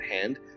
hand